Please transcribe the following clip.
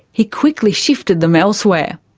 he quickly shifted them elsewhere.